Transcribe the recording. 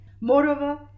Moreover